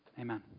Amen